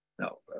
No